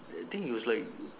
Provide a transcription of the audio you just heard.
I think it was like